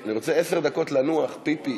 אני רוצה עשר דקות לנוח, פיפי,